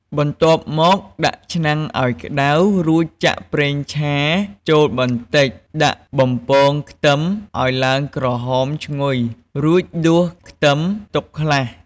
បន្ទាប់មកដាក់ឆ្នាំងឱ្យក្តៅរួចចាក់ប្រេងឆាចូលបន្តិចដាក់បំពងខ្ទឹមឱ្យឡើងក្រហមឈ្ងុយរួច ដួសខ្ទឹមទុកខ្លះ។